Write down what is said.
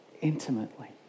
intimately